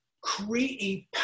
Create